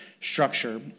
structure